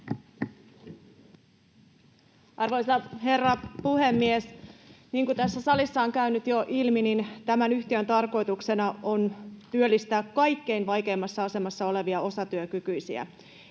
Arvoisa herra puhemies! Niin kuin tässä salissa on käynyt jo ilmi, tämän yhtiön tarkoituksena on työllistää kaikkein vaikeimmassa asemassa olevia osatyökykyisiä